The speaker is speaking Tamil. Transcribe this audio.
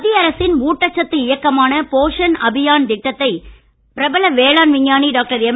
மத்திய அரசின் ஊட்டச்சத்து இயக்கமான போஷன் அபியான் திட்டத்தை பிரபல வேளாண் விஞ்ஞானி டாக்டர் எம்